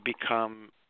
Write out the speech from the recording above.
become